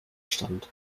stand